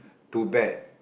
too bad